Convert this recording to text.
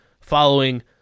following